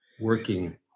working